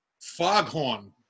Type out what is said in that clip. Foghorn